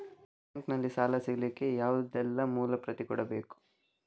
Bank ನಲ್ಲಿ ಸಾಲ ಸಿಗಲಿಕ್ಕೆ ಯಾವುದೆಲ್ಲ ಮೂಲ ಪ್ರತಿ ಕೊಡಬೇಕು?